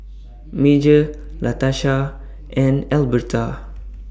Major Latasha and Alberta